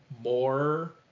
more